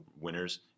winners